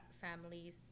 families